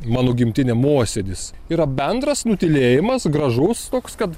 mano gimtinė mosėdis yra bendras nutylėjimas gražus toks kad